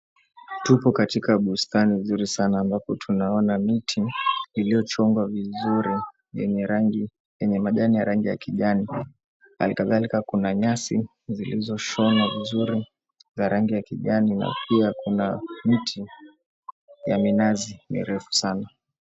Tupo katika bustani nzuri sana ambapo tunaona miti iliyochongwa vizuri yenye rangi yenye majani ya rangi ya kijani. Halikadhalika kuna nyasi zilizoshonwa vizuri za rangi ya kijani na pia kuna mti ya minazi mirefu sana.